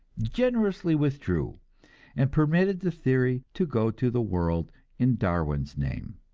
generously withdrew and permitted the theory to go to the world in darwin's name.